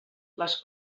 les